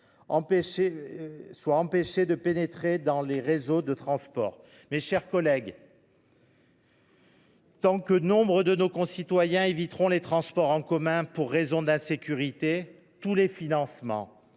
soient empêchés de pénétrer dans les réseaux de transport. Mes chers collègues, tant que nombre de nos concitoyens éviteront les transports en commun pour des raisons d’insécurité, tous les financements